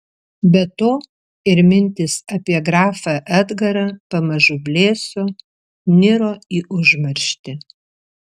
be to ir mintys apie grafą edgarą pamažu blėso niro į užmarštį